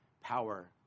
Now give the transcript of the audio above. power